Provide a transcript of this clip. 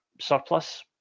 surplus